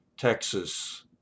Texas